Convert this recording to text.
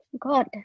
god